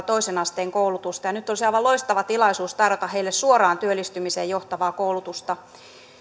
toisen asteen koulutusta ja nyt olisi aivan loistava tilaisuus tarjota heille suoraan työllistymiseen johtavaa koulutusta